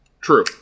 True